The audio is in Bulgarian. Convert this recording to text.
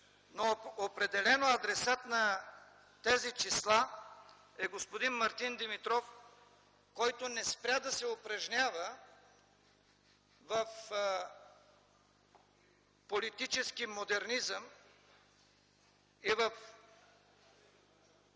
Но определено адресат на тези числа е господин Мартин Димитров, който не спря да се упражнява в политически модернизъм и в